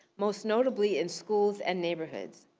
most notably in schools and neighborhoods.